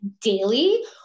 daily